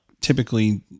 typically